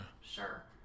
Sure